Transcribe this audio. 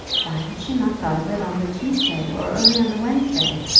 why had she not thought of it on the tuesday or early on the wednesday,